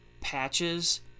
patches